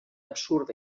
absurda